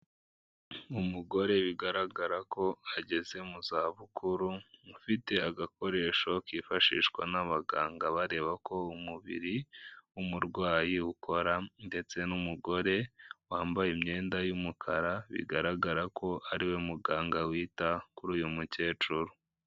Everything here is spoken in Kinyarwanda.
Umugore bigaragara ko ageze mu za bukuru, ufite agakoresho kifashishwa n'abaganga bareba ko umubiri w'umurwayi ukora, ndetse n'umugore wambaye imyenda y'umukara bigaragara ko ariwe muganga wita kuri uyu mukecuru.